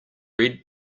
red